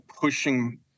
pushing